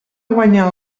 guanya